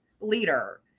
leader